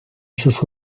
sus